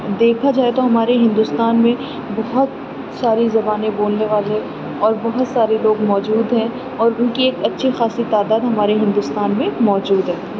دیکھا جائے تو ہمارے ہندوستان میں بہت ساری زبانیں بولنے والے اور بہت سارے لوگ موجود ہیں اور ان کی ایک اچھی خاصی تعداد ہمارے ہندوستان میں موجود ہے